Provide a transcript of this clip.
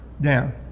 down